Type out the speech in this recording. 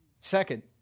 Second